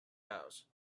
house